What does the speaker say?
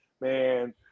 Man